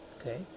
okay